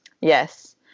yes